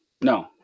no